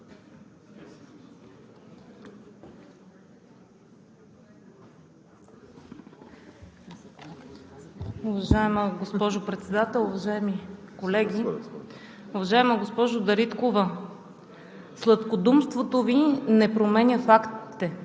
Уважаема госпожо Председател, уважаеми колеги! Уважаема госпожо Дариткова, сладкодумството Ви не променя фактите,